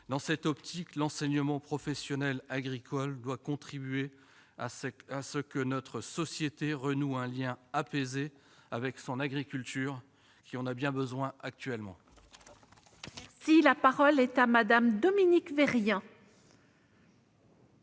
Dans cette perspective, l'enseignement professionnel agricole doit contribuer à ce que notre société renoue un lien apaisé avec son agriculture, qui en a bien besoin ! La parole est à Mme Dominique Vérien.